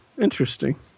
Interesting